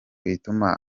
ituma